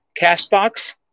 CastBox